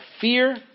fear